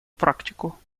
практику